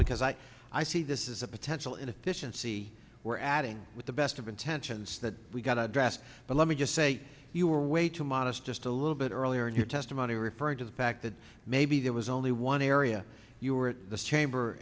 because i i see this is a potential inefficiency we're adding with the best of intentions that we've got to address but let me just say you are way too modest just a little bit earlier in your testimony referring to the fact that maybe there was only one area you were the chamber